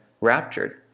raptured